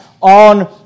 on